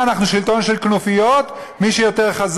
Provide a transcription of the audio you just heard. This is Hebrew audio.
מה אנחנו, שלטון של כנופיות, מי יותר חזק?